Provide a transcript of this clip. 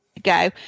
go